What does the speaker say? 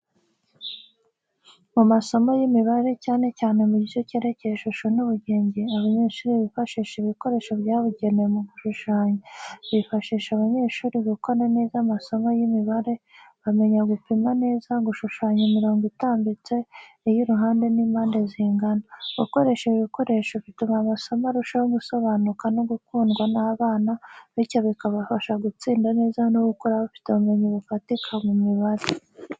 Mu masomo y’imibare, cyane cyane mu gice cyerekeye ishusho n’ubugenge, abanyeshuri bifashisha ibikoresho byabugenewe mu gushushanya. . Bifasha abanyeshuri gukora neza amasomo y’imibare, bamenya gupima neza, gushushanya imirongo itambitse, iy’uruhande n'impande zingana. Gukoresha ibi bikoresho bituma amasomo arushaho gusobanuka no gukundwa n’abana, bityo bikabafasha gutsinda neza no gukura bafite ubumenyi bufatika mu mibare.